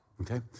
Okay